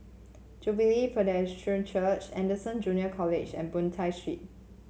Jubilee Presbyterian Church Anderson Junior College and Boon Tat Street